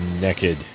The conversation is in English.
Naked